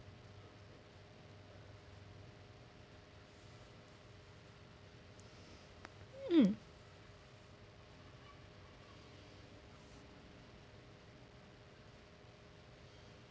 mm